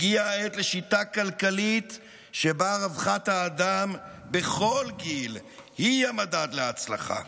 הגיעה העת לשיטה כלכלית שבה רווחת האדם בכל גיל היא המדד להצלחה.